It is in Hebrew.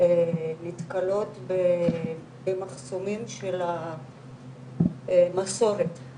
נתקלות במחסומים של המסורת,